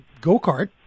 go-kart